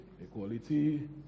equality